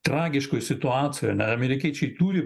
tragiškoj situacijoj amerikiečiai turi